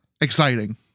exciting